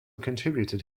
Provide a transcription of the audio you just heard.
contributed